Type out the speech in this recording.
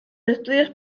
estudios